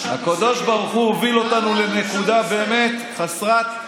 הקדוש ברוך הוא הוביל אותנו לנקודה באמת חסרת,